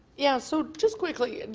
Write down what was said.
yeah. so just quickly,